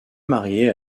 marié